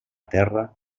terra